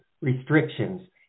restrictions